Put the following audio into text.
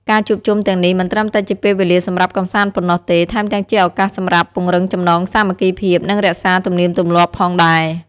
ការជួបជុំទាំងនេះមិនត្រឹមតែជាពេលវេលាសម្រាប់កម្សាន្តប៉ុណ្ណោះទេ ថែមទាំងជាឱកាសសម្រាប់ពង្រឹងចំណងសាមគ្គីភាព និងរក្សាទំនៀមទម្លាប់ផងដែរ។